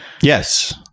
Yes